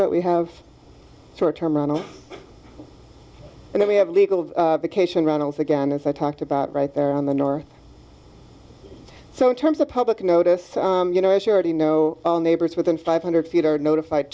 but we have short term and then we have legal of vacation runnels again as i talked about right there on the north so in terms of public notice you know as you already know neighbors within five hundred feet are notified